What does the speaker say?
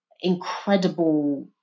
incredible